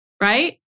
right